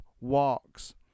walks